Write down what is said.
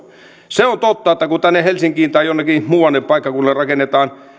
se on totta että kun tänne helsinkiin tai jollekin muulle paikkakunnalle rakennetaan